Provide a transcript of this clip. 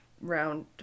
round